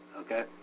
okay